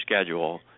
schedule